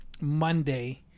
Monday